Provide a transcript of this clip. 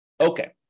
Okay